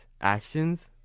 actions